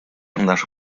наша